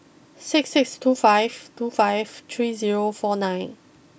six six two five two five three zero four nine